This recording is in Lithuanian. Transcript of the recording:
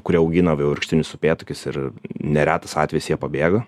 kurie augina vaivorykštinius upėtakius ir neretas atvejis jie pabėga